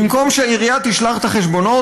במקום שהעירייה תשלח את החשבונות,